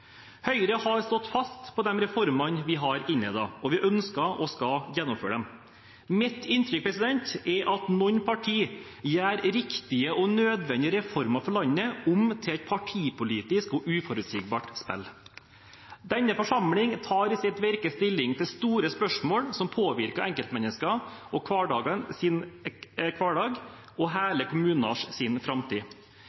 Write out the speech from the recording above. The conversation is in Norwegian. Høyre har stått fast på de reformene vi har innledet, og vi ønsker å gjennomføre dem. Mitt inntrykk er at noen partier gjør riktige og nødvendige reformer for landet om til et partipolitisk og uforutsigbart spill. Denne forsamling tar i sitt virke stilling til store spørsmål som påvirker enkeltmenneskers hverdag og